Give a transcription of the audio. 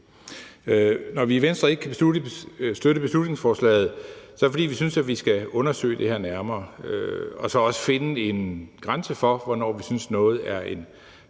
Når vi i Venstre ikke kan støtte beslutningsforslaget, er det, fordi vi synes, vi skal undersøge det her nærmere og så også finde en grænse for, hvornår vi synes noget er en